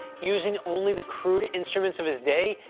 using only the crude instruments of his day,